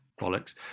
bollocks